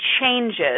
changes